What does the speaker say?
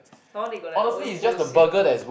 some more they got like own whole sale